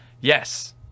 yes